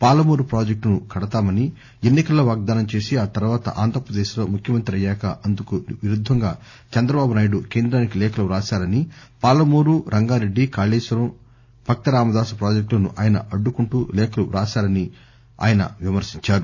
పాలమూరు ప్రాజెక్టును కడతామని ఎన్ని కల్లో వాగ్దానం చేసి ఆ తర్వాత ఆంధ్రప్రదేశ్ లో ముఖ్యమంత్రి అయ్యాక అందుకు విరుద్దంగా చంద్రబాబునాయుడు కేంద్రానికి లేఖలు రాశారని పాలమూరు రంగారెడ్డి కాళేశ్వరం భక్తరామదాసు ప్రాజెక్టులను ఆయన అడ్డుకుంటూ లేఖలు రాశారని ఆయన విమర్పించారు